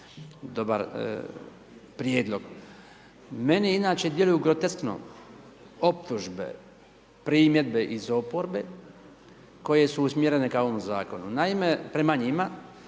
dobar prijedlog. Meni inače djeluju groteskno optužbe, primjedbe iz oporbe koje su usmjerene ka ovom zakonu. Naime, prema njima